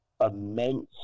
immense